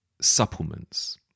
supplements